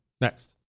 Next